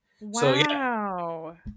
Wow